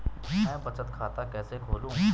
मैं बचत खाता कैसे खोलूँ?